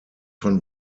von